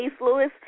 Lewis